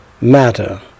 matter